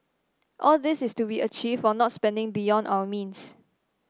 all this is to be achieved while not spending beyond our means